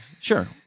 sure